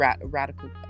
Radical